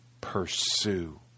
pursue